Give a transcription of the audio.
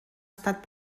estat